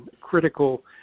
critical